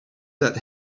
that